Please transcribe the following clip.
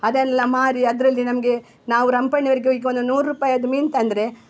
ಅದನ್ನೆಲ್ಲ ಮಾರಿ ಅದರಲ್ಲಿ ನಮಗೆ ನಾವು ರಂಪಣಿವರ್ಗೋಗ್ಲಿಕ್ಕೊಂದು ನೂರು ರೂಪಾಯಿಯಿದು ಮೀನು ತಂದರೆ